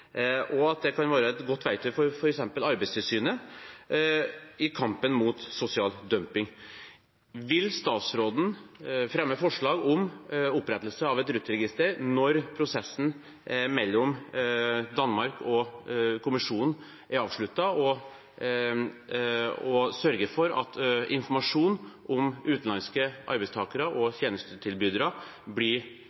og at det kan være et godt verktøy for f.eks. Arbeidstilsynet i kampen mot sosial dumping. Vil statsråden fremme forslag om opprettelse av et RUT-register når prosessen mellom Danmark og kommisjonen er avsluttet, og sørge for at informasjon om utenlandske arbeidstakere og